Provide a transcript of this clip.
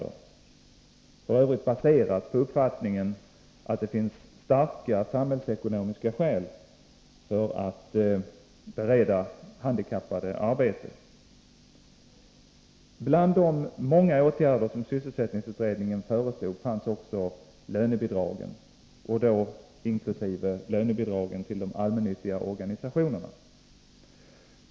Programmet var f.ö. baserat på uppfattningen att det finns starka samhällsekonomiska skäl för att bereda handikappade arbete. Bland de många åtgärder som sysselsättningsutredningen föreslog var anställning med lönebidrag, vilket då inkluderade sådan anställning med lönebidrag till de allmännyttiga organisationerna.